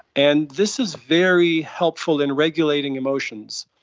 and this is very helpful in regulating emotions,